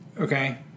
Okay